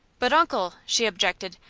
but, uncle, she objected,